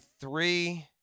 three